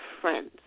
friends